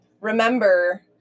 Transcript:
remember